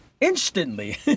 instantly